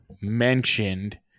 mentioned